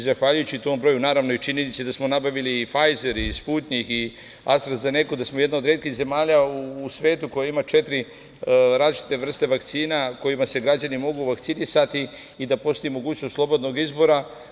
Zahvaljujući tom broju, naravno, i činjenici da smo nabili i „fajzer“ i „sputnjik“ i „astra zeneku“, da smo jedna od retkih zemalja u svetu koja ima četiri različite vrste vakcina kojima se građani mogu vakcinisati i da postoji mogućnost slobodnog izbora.